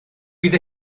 bydd